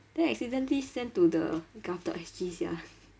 then I accidentally send to the GOV dot S_G sia